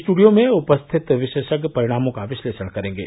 studio में उपस्थित विशेषज्ञ परिणामों का विश्लेषण करेंगे